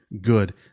good